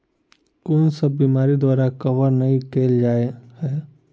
कुन सब बीमारि द्वारा कवर नहि केल जाय है?